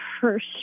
first